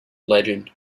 legend